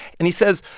and he says,